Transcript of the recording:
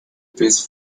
piece